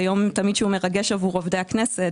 זה יום שהוא תמיד מרגש עבור עובדי הכנסת.